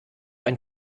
ein